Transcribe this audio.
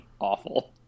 awful